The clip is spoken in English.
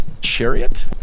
chariot